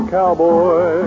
cowboy